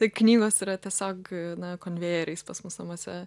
tai knygos yra tiesiog na konvejeriais pas mus namuose